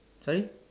sorry